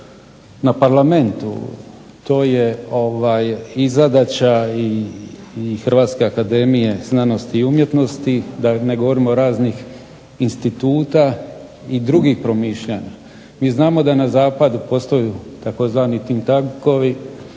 na Parlamentu, to je i zadaća i Hrvatske akademije znanosti i umjetnosti, da ne govorimo raznih instituta i drugih promišljanja. Mi znamo da na zapadu postoje tzv. think-tankovi,